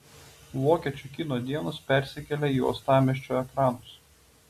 vokiečių kino dienos persikelia į uostamiesčio ekranus